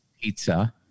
Pizza